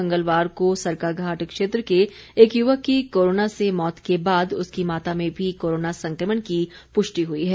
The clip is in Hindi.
मंगलवार को सरकाघाट क्षेत्र के एक युवक की कोरोना से मौत के बाद उसकी माता में भी कोरोना संक्रमण की पुष्टि हुई है